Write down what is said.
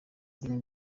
rurimi